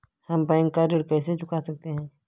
हम बैंक का ऋण कैसे चुका सकते हैं?